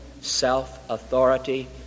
self-authority